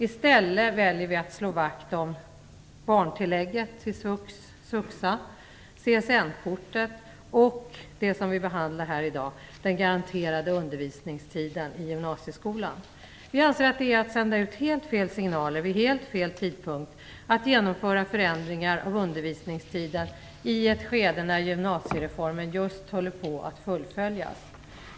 I stället väljer vi att slå vakt om barntillägget i SVUX/SVUXA, CSN-kortet och det som vi behandlar här i dag - den garanterade undervisningstiden i gymnasieskolan. Vi anser att det är att sända ut helt fel signaler vid helt fel tidpunkt om man genomför förändringar av undervisningstiden i ett skede när gymnasiereformen just håller på att fullföljas.